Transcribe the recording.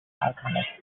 alchemist